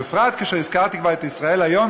בפרט כשהזכרתי כבר את "ישראל היום",